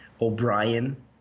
O'Brien